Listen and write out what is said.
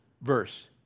verse